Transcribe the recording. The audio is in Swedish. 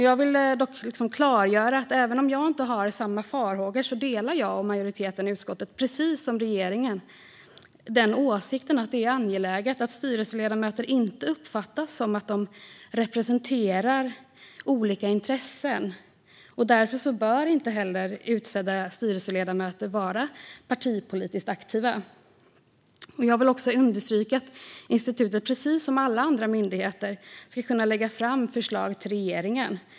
Jag vill dock klargöra att även om jag inte har samma farhågor delar jag och majoriteten i utskottet samma åsikt som regeringen när det gäller att det är angeläget att styrelseledamöter inte uppfattas som att de representerar olika intressen. Därför bör inte heller utsedda styrelseledamöter vara partipolitiskt aktiva. Jag vill också understryka att institutet, precis som alla andra myndigheter ska kunna lägga fram förslag till regeringen.